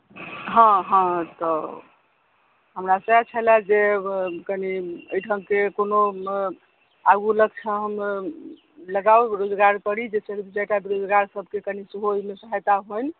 हँ हँ तऽ हमरा सएह छलय जे कनि एहिठामके कोनो आगू लगठाम लगाउ रोजगार करी जाहिसँ जकरा बेरोजगारसभक कनि सेहो सहायता होनि